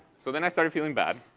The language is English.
so then i started feeling bad,